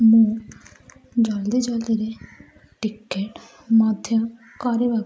ମୁଁ ଜଲ୍ଦି ଜଲ୍ଦିରେ ଟିକେଟ୍ ମଧ୍ୟ କରିବାକୁ